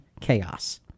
chaos